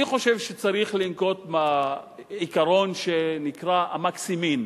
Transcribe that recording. אני חושב שצריך לנקוט עיקרון שנקרא "מקסימין",